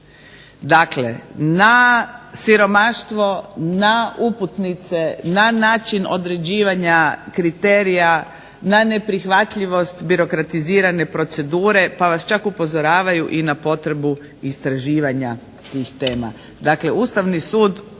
Dakle, na siromaštvo, na uputnice, na način određivanja kriterija, na neprihvatljivost birokratizirane procedure pa vas čak upozoravaju i na potrebu istraživanja tih tema.